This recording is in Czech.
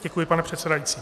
Děkuji, pane předsedající.